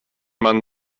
man